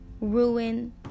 ruin